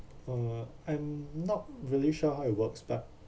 uh I'm not really sure how it works but